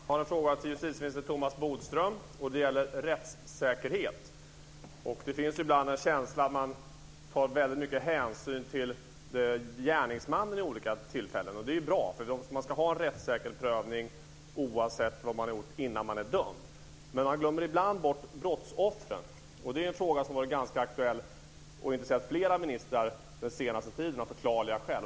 Fru talman! Jag har en fråga till justitieminister Thomas Bodström. Det gäller rättssäkerheten. Ibland finns det en känsla av att det vid olika tillfällen tas väldigt stor hänsyn till gärningsmannen. Det är bra, för man ska ha en rättssäker prövning, oavsett vad man gjort, innan man är dömd. Men ibland glöms brottsoffren bort. Detta är en fråga som av förklarliga skäl varit ganska aktuell och som intresserat flera ministrar under den senaste tiden.